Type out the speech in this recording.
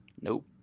Nope